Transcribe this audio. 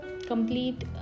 complete